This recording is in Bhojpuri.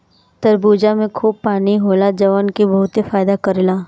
तरबूजा में खूब पानी होला जवन की बहुते फायदा करेला